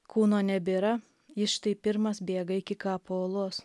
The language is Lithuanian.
kūno nebėra jis štai pirmas bėga iki kapo olos